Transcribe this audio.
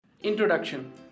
Introduction